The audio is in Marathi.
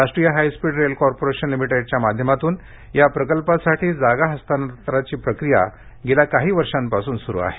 राष्ट्रीय हायस्पीड रेल कॉर्पोरेशन लिमिटेडच्या माध्यमातून या प्रकल्पासाठी जागा हस्तांतराची प्रक्रिया गेल्या काही वर्षांपासून सुरू आहे